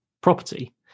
property